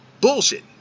bullshit